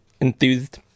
enthused